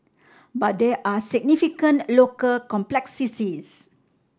but there are significant local complexities